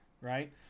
right